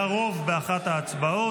היה רוב באחת ההצבעות,